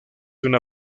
una